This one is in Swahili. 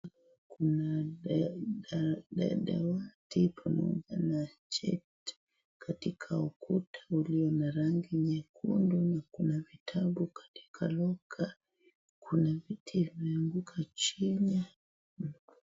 Kuna dawati pamoja na kiti katika ukuta ulio na rangi nyekundu na kuna vitabu katika loka. Kuna viti vimeanguka chini.